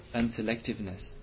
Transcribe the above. unselectiveness